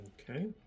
Okay